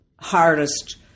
hardest